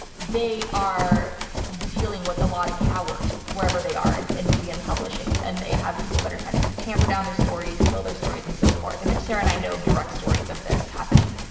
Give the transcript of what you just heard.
they are dealing with a lot of cowards wherever they are in in media and publishing, and they have people that are trying to tamper down their stories, kill their stories, and so forth. sarah and i know of direct stories of this happening,